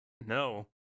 No